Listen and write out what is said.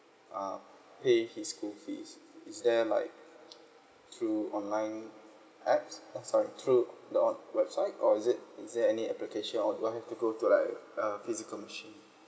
uh pay his school fees is there like through online apps sorry through the website or is it is there any application or do I have to go to like uh physical machine